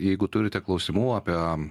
jeigu turite klausimų apie